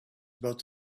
about